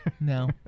No